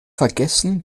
vergessen